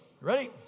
Ready